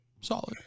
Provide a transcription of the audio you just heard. solid